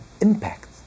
impact